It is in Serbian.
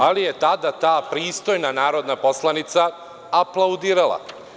Ali, tada je ta pristojna narodna poslanica aplaudirala.